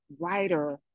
writer